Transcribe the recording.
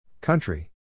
Country